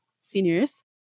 seniors